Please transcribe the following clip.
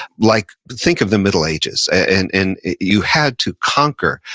like, think of the middle ages, and and you had to conquer,